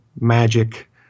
magic